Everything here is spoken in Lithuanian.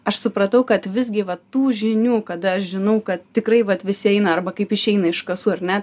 aš supratau kad visgi va tų žinių kad aš žinau kad tikrai vat visi eina arba kaip išeina iš kasų ar ne